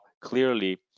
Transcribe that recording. clearly